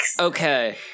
okay